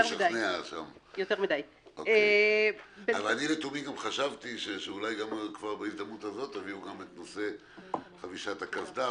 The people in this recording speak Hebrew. אני לתומי חשבתי שבהזדמנות הזו תביאו גם את נושא חבישת הקסדה,